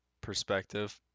perspective